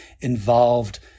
involved